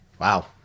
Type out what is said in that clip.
Wow